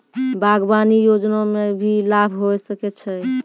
बागवानी योजना मे की लाभ होय सके छै?